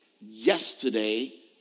yesterday